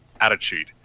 attitude